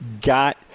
got